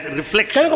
reflection